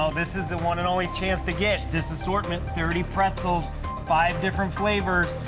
um this is the one and only chance to get this assortment thirty pretzels five different flavors.